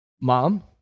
mom